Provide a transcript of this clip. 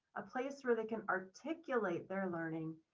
a place where they can articulate their learning,